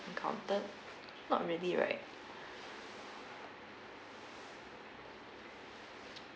encountered not really right